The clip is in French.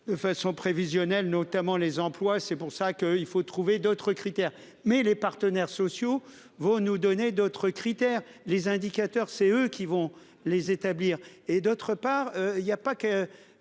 De façon prévisionnelle notamment les emplois c'est pour. C'est vrai qu'il faut trouver d'autres critères, mais les partenaires sociaux vont nous donner d'autres critères les indicateurs c'est eux qui vont les établir et d'autre part il y a pas que